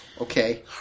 Okay